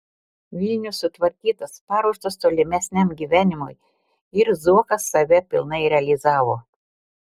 vilnius sutvarkytas paruoštas tolimesniam gyvenimui ir zuokas save pilnai realizavo